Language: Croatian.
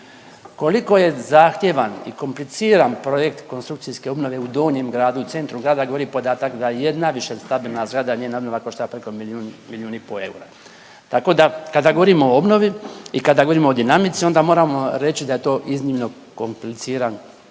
Koliko je zahtjevan i kompliciran projekt konstrukcijske obnove u Donjem gradu, u centru grada govori podatak da jedna višestambena zgrada, njena obnova košta preko milijun, milijun i pol eura. Tako da kada govorimo o obnovi i kada govorimo o dinamici onda moramo reći da je to iznimno kompliciran posao